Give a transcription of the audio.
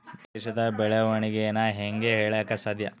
ದೇಶದ ಬೆಳೆವಣಿಗೆನ ಹೇಂಗೆ ಹೇಳಕ ಸಾಧ್ಯ?